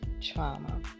trauma